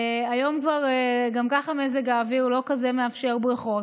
וגם ככה מזג האוויר לא כזה מאפשר בריכות,